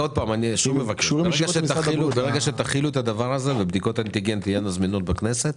ברגע שתחילו את הדבר הזה ובדיקות אנטיגן תהיינה זמינות בכנסת,